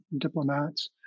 diplomats